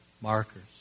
markers